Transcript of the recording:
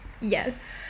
Yes